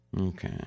Okay